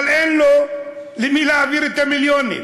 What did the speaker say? אבל אין לו למי להעביר את המיליונים.